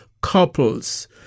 couples